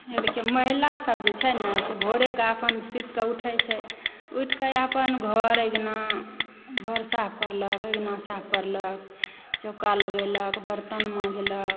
देखिऔ महिलासभ जे छै न से भोरेकऽ अपन सुतिकऽ उठय छै उठिकऽ अपन घर अङ्गना घर साफ करलक अङ्गना साफ करलक चौका लगेलक बरतन माँजलक